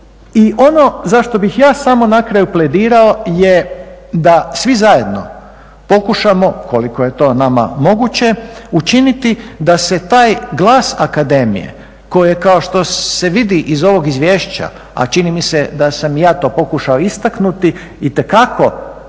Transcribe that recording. I ono zašto bih ja samo nakraju predirao je da svi zajedno pokušamo koliko je to nama moguće učiniti da se taj glas akademije, koje je kao što se vidi iz ovog izvješća, a čini mi se da sam i ja to pokušao istaknuti, itekako